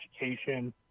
education